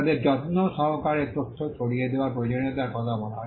তাদেরও যত্ন সহকারে তথ্য ছড়িয়ে দেওয়ার প্রয়োজনীয়তার কথা বলা হয়েছে